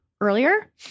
earlier